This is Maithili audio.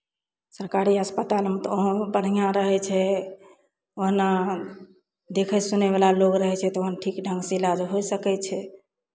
सरकारी अस्पतालमे तऽ ओहो बढ़िआँ रहै छै ओना देखै सुनयवला लोक रहै छै तऽ वहाँ ठीक ढङ्गसँ इलाज होय सकै छै